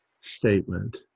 statement